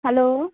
hello